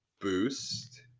Boost